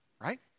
Right